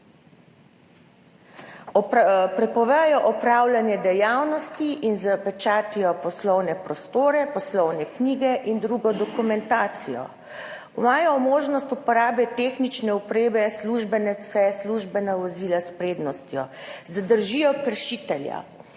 prepovejo opravljanje dejavnosti in zapečatijo poslovne prostore, poslovne knjige in drugo dokumentacijo. Imajo možnost uporabe tehnične opreme, službene pse, službena vozila s prednostjo, zadržijo kršitelja,